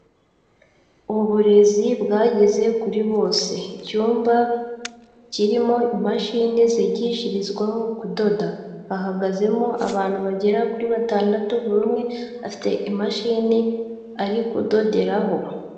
Uburezi bwageze kuri bose. Icyumba kirimo imashini zigishirizwaho kudoda. Hahagazemo abantu bagera kuri batandatu buri umwe afite imashini ari kudoderaho.